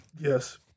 Yes